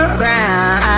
ground